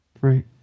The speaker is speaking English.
Right